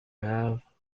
havre